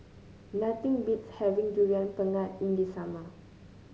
nothing beats having Durian Pengat in the summer